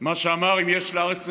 הוא שאמר: אם יש לארץ נשמה,